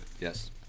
Yes